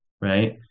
right